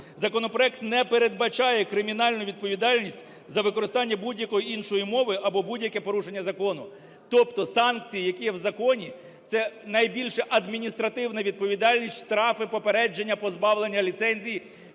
Законопроект не передбачає кримінальну відповідальність за використання будь-якої іншої мови або будь-яке порушення закону. Тобто санкції, які в законі, - це найбільше адміністративна відповідальність: штрафи, попередження, позбавлення ліцензії.